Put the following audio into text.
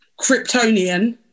Kryptonian